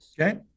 Okay